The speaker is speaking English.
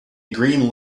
green